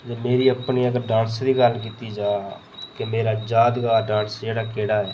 मेरी अपनी अगर डांस दी गल्ल कीती जा कि मेरा यादगार डांस जेह्ड़ा केह्ड़ा ऐ